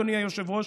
אדוני היושב-ראש,